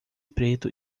preto